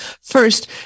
first